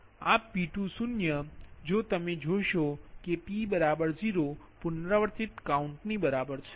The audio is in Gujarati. તેથી આ P20જો તમે જોશો કે p 0 પુનરાવર્તિત કાઉન્ટની બરાબર છે